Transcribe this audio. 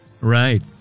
Right